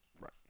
Right